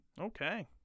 Okay